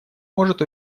может